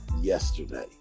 yesterday